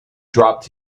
dropped